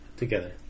together